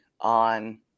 on